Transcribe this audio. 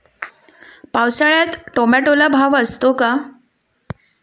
पावसाळ्यात टोमॅटोला भाव असतो का?